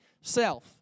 self